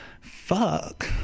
Fuck